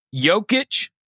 Jokic